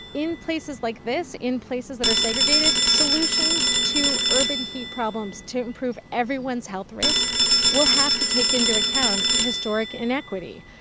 in places like this in places that are segregated, solutions to urban heat problems to improve everyone's health risks will have to take into account historic inequity.